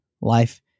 life